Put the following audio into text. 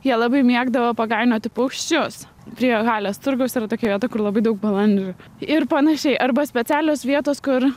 jie labai mėgdavo pagainioti paukščius prie halės turgaus yra tokia vieta kur labai daug balandžių ir panašiai arba specialios vietos kur